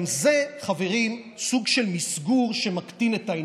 גם זה, חברים, סוג של מסגור שמקטין את העניין.